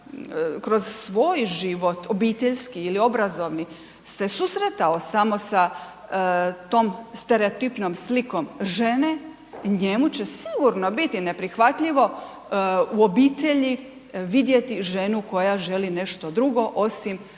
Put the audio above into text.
kroz svoj život obiteljski ili obrazovni se susretao samo sa tom stereotipnom slikom žene njemu će sigurno biti neprihvatljivo u obitelji vidjeti ženu koja želi nešto drugo osim